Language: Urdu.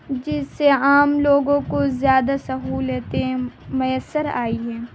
جس سے عام لوگوں کو زیادہ سہولتیں میسر آئی ہیں